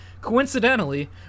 Coincidentally